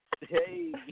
Hey